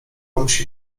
musi